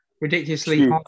ridiculously